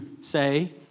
say